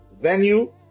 venue